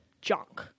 junk